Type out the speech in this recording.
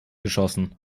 geschossen